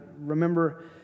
remember